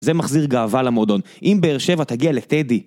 זה מחזיר גאווה למועדון, אם באר שבע תגיע לטדי.